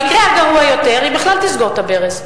במקרה הגרוע יותר היא בכלל תסגור את הברז.